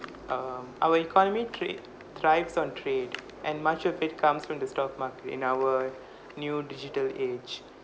um our economy create thrives on trade and much of it comes from the stock market in our new digital age